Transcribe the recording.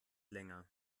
länger